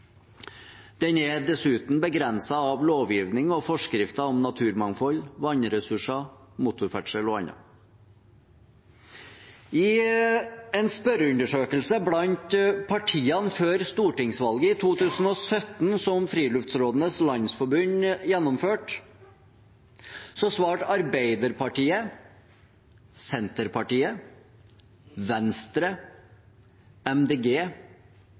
Den er dessuten begrenset av lovgivning og forskrifter om naturmangfold, vannressurser, motorferdsel og annet. I en spørreundersøkelse blant partiene før stortingsvalget i 2017 som Friluftsrådenes Landsforbund gjennomførte, svarte Arbeiderpartiet, Senterpartiet, Venstre,